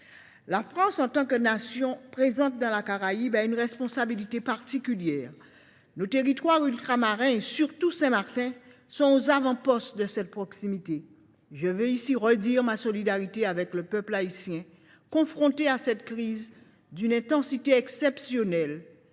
La France, en tant que nation présente dans la Caraïbe, a une responsabilité particulière. Nos territoires ultramarins, Saint Martin au premier chef, sont aux avant postes de cette proximité. Je veux ici redire ma solidarité avec le peuple haïtien, confronté à une crise d’une intensité exceptionnelle.